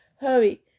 Hurry